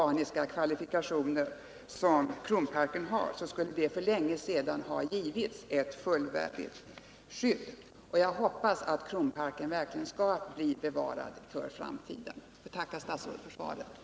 Anser statsrådet att nu gällande bestämmelser är till fyllest för att förhindra att rabies får fotfäste i Sverige? Hur är vår beredskap uppbyggd, därest sjukdomen trots allt skulle drabba vårt land?